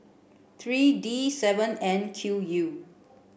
three D seven N Q U